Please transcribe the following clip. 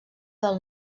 del